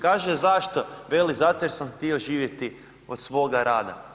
Kaže zašto, veli zato jer sam htio živjeti od svoga rada.